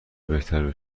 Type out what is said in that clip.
بهتر